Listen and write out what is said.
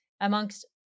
amongst